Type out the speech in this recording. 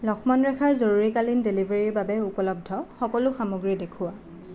লক্ষ্মণ ৰেখাৰ জৰুৰীকালীন ডেলিভাৰীৰ বাবে উপলব্ধ সকলো সামগ্ৰী দেখুওৱা